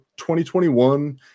2021